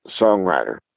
songwriter